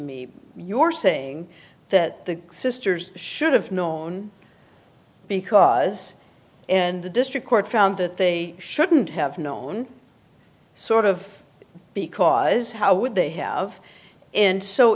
me you're saying that the sisters should have known because and the district court found that they shouldn't have known sort of because how would they have and so